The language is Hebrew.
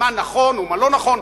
מה נכון ומה לא נכון,